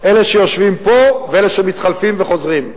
אלה שיושבים פה ואלה שמתחלפים וחוזרים.